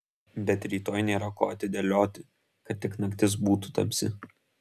bet rytoj nėra ko atidėlioti kad tik naktis būtų tamsi